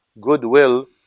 goodwill